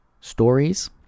stories